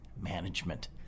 Management